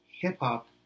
hip-hop